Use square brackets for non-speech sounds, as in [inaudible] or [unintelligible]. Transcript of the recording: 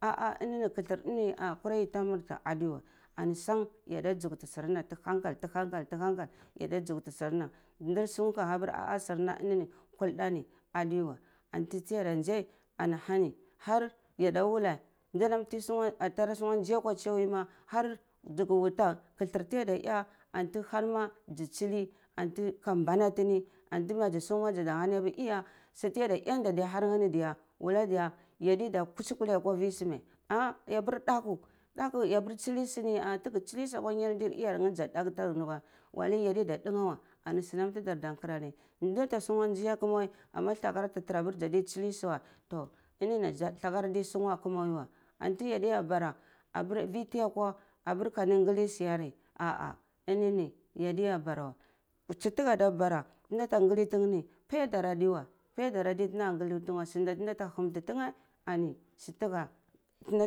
Ah ah inini kathlar ini kwara yi ta murti adewa ani sung yada zukuti surna tahankal tahankal ya da zukti surna ndar sugu ka ha apri ah ah ah surna ni ini kulda na adewa anti yanda nza ana hani har yada wulei danam antara nzai akwa tsiya wai ma har nziki wuta katular tida eh harma zi tsili anta ka bana tini anti mazi sungu zada hanai apiri iya sutiyad eh da diya harne ni diya ya di da kuskure akwa vi su mai ah yapir daku, daku yapir tsili su ni ah tigeh tsili suni akwa nyaldi iyar neh za daku [unintelligible] wallahi yadi da ndange wa anisunam ta dar da nkara nai nada ta sungwu nzi akamai ama thakar ta tara apir za ta tsule sui weh toh a nini thakar ta sungwu a kamar weh wa antu yadiya bara apur vi ta yakwa apir anta nguli suyari ah ah inini yadiya bara we su ta gada bara toh nda nguli tineh ni payardar adi weh payardar adai weh adai weh sunda tah nda ta hamti tineh ani